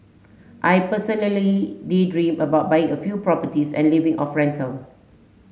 I personally daydream about buying a few properties and living off rental